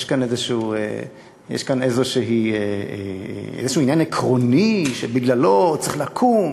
יש כאן איזשהו עניין עקרוני שבגללו צריך לקום